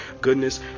goodness